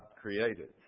created